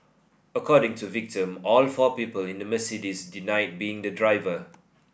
according to victim all four people in the Mercedes denied being the driver